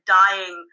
dying